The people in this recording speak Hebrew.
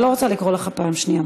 אני לא רוצה לקרוא אותך לסדר פעם שנייה.